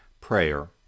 prayer